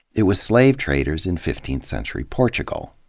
it was slave traders in fifteenth century portugal.